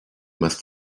must